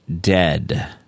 dead